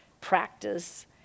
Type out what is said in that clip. practice